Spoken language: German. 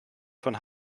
von